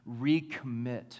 recommit